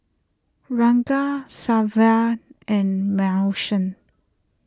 Raegan Savana and Manson